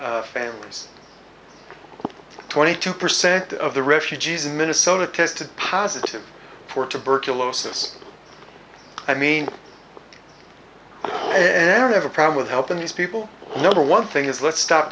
w families twenty two percent of the refugees in minnesota tested positive for tuberculosis i mean i don't have a problem with helping these people number one thing is let's stop